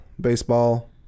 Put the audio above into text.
Baseball